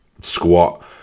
squat